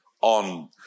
on